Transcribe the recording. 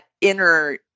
inner